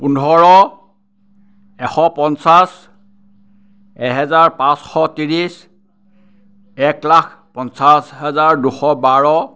পোন্ধৰ এশ পঞ্চাছ এহেজাৰ পাঁচশ ত্ৰিছ একলাখ পঞ্চাছ হাজাৰ দুশ বাৰ